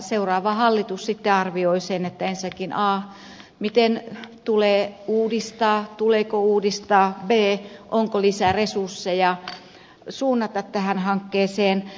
seuraava hallitus sitten arvioi sen a miten tulee uudistaa tuleeko uudistaa ja b onko lisäresursseja suunnata tähän hankkeeseen